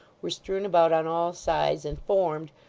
were strewn about on all sides, and formed,